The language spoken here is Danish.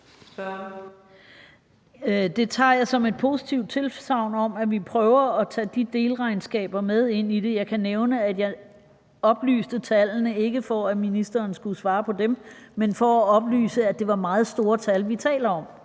Det tager jeg som et positivt tilsagn om, at vi prøver at tage de delregnskaber med ind i det. Jeg kan nævne, at jeg oplyste tallene, ikke for at ministeren skulle svare på dem, men for at oplyse, at det var meget store tal, vi taler om.